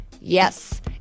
yes